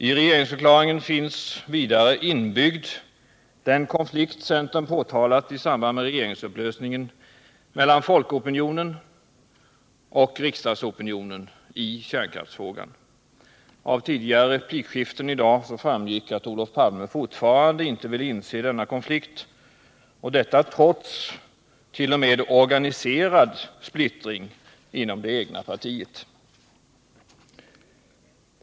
I regeringsförklaringen finns vidare inbyggd den konflikt mellan folkopinionen och riksdagsopinionen i kärnkraftsfrågan som centern påtalade i samband med regeringsupplösningen. Av tidigare replikskiften i dag har framgått att Olof Palme fortfarande inte vill inse denna konflikt, och detta trots t.o.m. organiserad splittring inom det egna partiet.